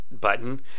button